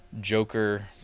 joker